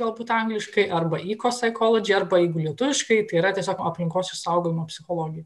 galbūt angliškai arba ikosekolodži yra tiesiog aplinkos išsaugojimo psichologija